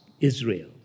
Israel